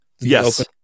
Yes